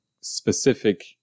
specific